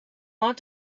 want